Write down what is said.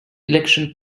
election